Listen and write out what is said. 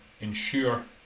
ensure